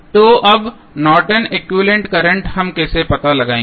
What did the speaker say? तो अब Norton equivalent Nortons equivalent current हम कैसे पता लगाएंगे